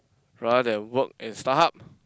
rather than work at StarHub